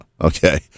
okay